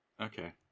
Okay